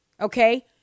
Okay